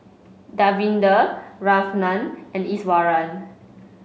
Davinder Ramnath and Iswaran